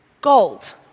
Gold